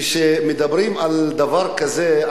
כשמדברים על דבר כזה,